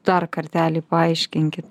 dar kartelį paaiškinkit